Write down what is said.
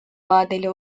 vadeli